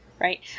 right